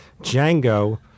Django